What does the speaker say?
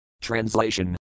Translation